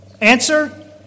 Answer